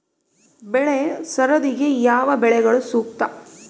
ಬೆಳೆ ಸರದಿಗೆ ಯಾವ ಬೆಳೆಗಳು ಸೂಕ್ತ?